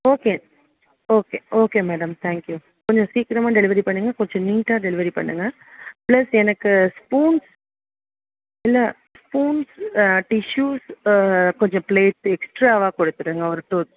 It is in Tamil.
okay okay okay madam thank you கொஞ்சம் சீக்கிரமாக டெலிவரி பண்ணுங்க கொஞ்சம் நீட்டாக டெலிவரி பண்ணுங்க ப்ளஸ் எனக்கு ஸ்பூன்ஸ் இல்லை பூன்ஸ் டிஷ்யூஸ் கொஞ்சம் பிளேட்ஸ் எக்ஸ்ட்ராவாக கொடுத்துடுங்க ஒரு டூ